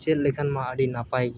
ᱪᱮᱫ ᱞᱮᱠᱷᱟᱱ ᱢᱟ ᱟᱹᱰᱤ ᱱᱟᱯᱟᱭ ᱜᱮᱭᱟ